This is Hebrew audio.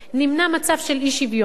נמנע מצב של אי-שוויון,